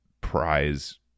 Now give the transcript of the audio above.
prize